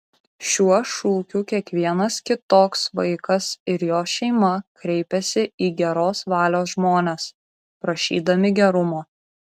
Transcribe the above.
šiuo šūkiu kiekvienas kitoks vaikas ir jo šeima kreipiasi į geros valios žmones prašydami gerumo